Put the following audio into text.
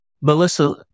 Melissa